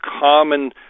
common